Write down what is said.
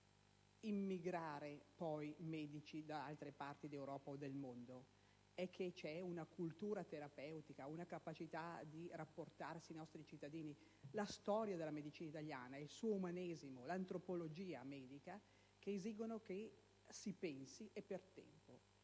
immigrazione di medici da altre parti d'Europa o del mondo; esistono una cultura terapeutica, una capacità di rapportarsi ai nostri cittadini, una storia della medicina italiana, un suo umanesimo e un'antropologia medica che esigono che si pensi, e per tempo,